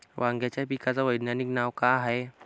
वांग्याच्या पिकाचं वैज्ञानिक नाव का हाये?